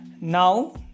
Now